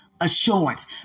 assurance